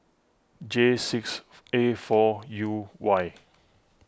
J six A four U Y